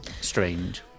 Strange